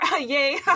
Yay